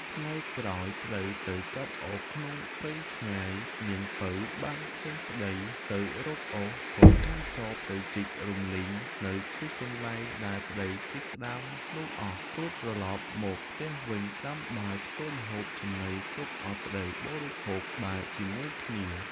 ថ្ងៃក្រោយប្ដីទៅកាប់អុសក្នុងព្រៃឆ្ងាយ នាងពៅបានឃើញប្ដីទៅរកអុសក៏កាន់ចបទៅជីករំលើងនៅទីកន្លែងដែលប្ដីជីកក្ដាមនោះអស់ រួចត្រឡប់មកផ្ទះវិញដាំបាយធ្វើម្ហូបចំណីទុកឲ្យប្ដីបរិភោគបាយជាមួយគ្នា។